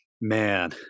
man